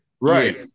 Right